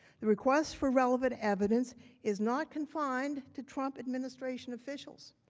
the request for relevant evidence is not confined to trump administration officials.